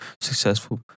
successful